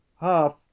half